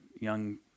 young